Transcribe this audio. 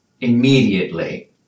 immediately